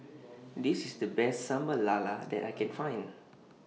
This IS The Best Sambal Lala that I Can Find